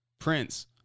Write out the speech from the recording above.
Prince